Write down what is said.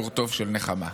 קורטוב של נחמה.